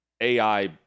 AI